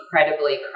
incredibly